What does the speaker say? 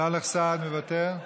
סאלח סעד, מוותר,